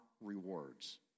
rewards